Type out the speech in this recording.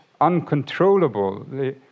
uncontrollable